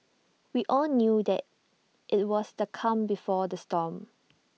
we all knew that IT was the calm before the storm